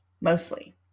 Mostly